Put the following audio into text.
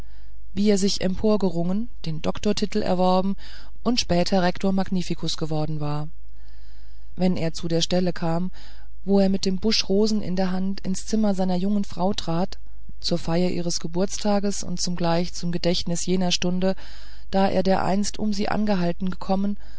wie er sich emporgerungen den doktortitel erworben und später rektor magnificus geworden war wenn er zu der stelle kam wo er mit dem busch rosen in der hand ins zimmer seiner jungen frau trat zur feier ihres geburtstages und zugleich zum gedächtnis jener stunde da er dereinst um sie anhalten gekommen